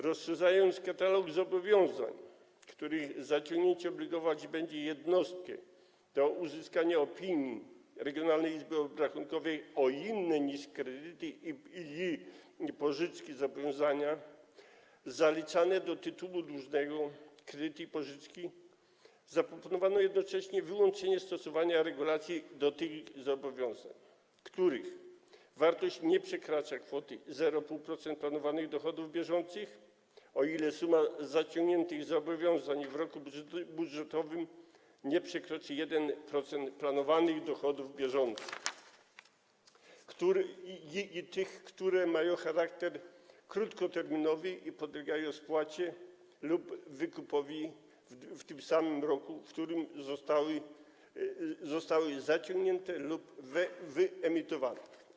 Rozszerzając katalog zobowiązań, których zaciągnięcie obligować będzie jednostkę do uzyskania opinii regionalnej izby obrachunkowej, o inne niż kredyty i pożyczki zobowiązania zaliczane do tytułu dłużnego - kredyty i pożyczki, zaproponowano jednocześnie wyłączenie stosowania regulacji w przypadku tych zobowiązań, których wartość nie przekracza kwoty 0,5% dochodów bieżących, o ile suma zaciągniętych zobowiązań w roku budżetowym nie przekroczy 1% planowanych dochodów bieżących, a także tych, które mają charakter krótkoterminowy i podlegają spłacie lub wykupowi w tym samym roku, w którym zostały zaciągnięte lub wyemitowane.